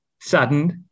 saddened